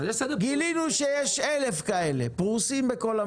גילינו שיש 1,000 כאלה פרוסים בכל המדינה.